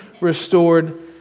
restored